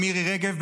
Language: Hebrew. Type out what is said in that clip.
מירי רגב,